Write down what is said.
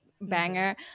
banger